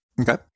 Okay